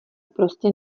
prostě